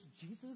Jesus